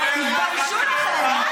ובאותה נשימה אתם